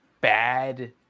bad